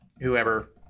whoever